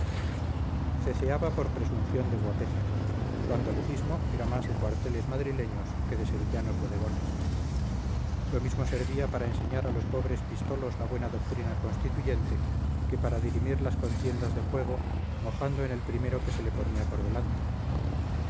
pendenciero ceceaba por presunción de guapeza su andalucismo era más de cuarteles madrileños que de sevillanos bodegones lo mismo servía para enseñar a los pobres pistolos la buena doctrina constituyente que para dirimir las contiendas de juego mojando en el primero que se le ponía por delante